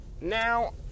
now